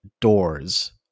doors